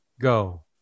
Go